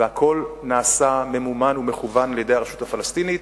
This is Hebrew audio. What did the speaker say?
והכול נעשה, ממומן ומכוון על-ידי הרשות הפלסטינית,